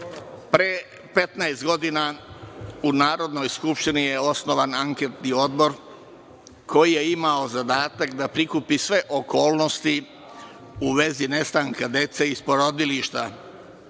15 godina u Narodnoj skupštini je osnovan anketni odbor koji je imao zadatak da prikupi sve okolnosti u vezi nestanka dece iz porodilišta